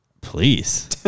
please